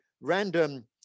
random